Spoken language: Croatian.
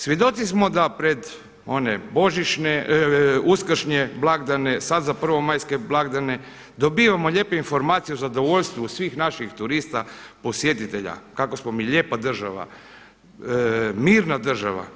Svjedoci smo da pred one uskršnje blagdane, sada za prvomajske blagdane dobivamo lijepe informacije o zadovoljstvu svih naših turista, posjetitelja, kako smo mi lijepa država, mirna država.